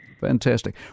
Fantastic